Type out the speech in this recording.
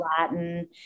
Latin